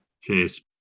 cheers